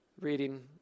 reading